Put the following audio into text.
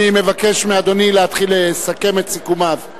אני מבקש מאדוני להתחיל לסכם את סיכומיו.